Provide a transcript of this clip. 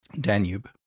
Danube